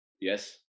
Yes